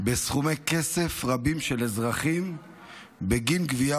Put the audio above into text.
בסכומי כסף רבים של אזרחים בגין גבייה